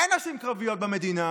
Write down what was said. אין נשים קרביות במדינה,